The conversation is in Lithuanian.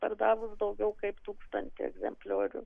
pardavus daugiau kaip tūkstantį egzempliorių